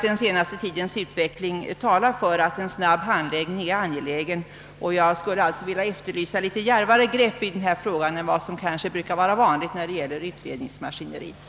Den senaste tidens utveckling talar för att en snabb behandling är nödvändig, och jag skulle vilja efterlysa litet djärvare grepp i den här frågan än vad som kanske brukar vara vanligt när det gäller utredningsmaskineriet.